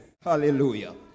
Hallelujah